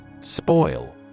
Spoil